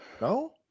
no